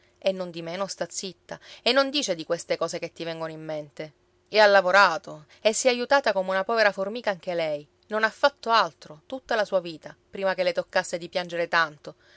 nondimeno sta zitta e non dice di queste cose che ti vengono in mente e ha lavorato e si è aiutata come una povera formica anche lei non ha fatto altro tutta la sua vita prima che le toccasse di piangere tanto